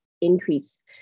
increase